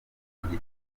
gitabo